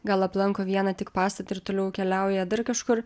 gal aplanko vieną tik pastatą ir toliau keliauja dar kažkur